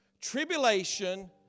tribulation